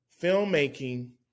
Filmmaking